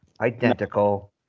identical